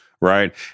Right